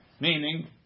meaning